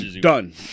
done